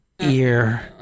Ear